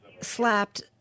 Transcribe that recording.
slapped